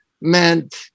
meant